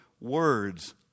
words